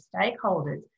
stakeholders